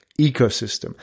ecosystem